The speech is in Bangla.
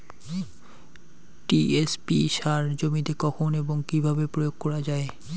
টি.এস.পি সার জমিতে কখন এবং কিভাবে প্রয়োগ করা য়ায়?